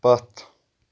پتھ